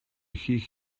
ихийг